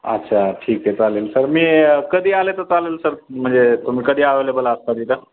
अच्छा ठीक आहे चालेल सर मी कधी आले तर चालेल सर म्हणजे तुम्ही कधी अवेलेबल असाल का